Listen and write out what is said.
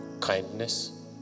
kindness